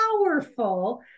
powerful